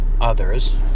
others